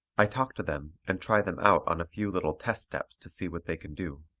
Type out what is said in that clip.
i talk to them and try them out on a few little test steps to see what they can do.